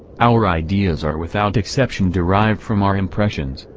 our ideas are without exception derived from our impressions,